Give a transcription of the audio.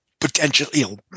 potentially